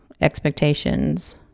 expectations